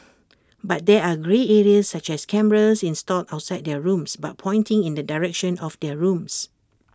but there are grey areas such as cameras installed outside their rooms but pointing in the direction of their rooms